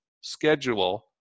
schedule